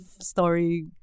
story